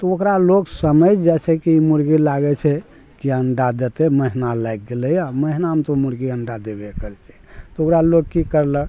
तऽ ओकरा लोक समैझ जाइ छै कि ई मुर्गी लागै छै कि अण्डा देतै महीना लागि गेलै हँ महीनामे तऽ ओ मुर्गी अण्डा देबे करै छै तऽ ओकरा लोक की कयलक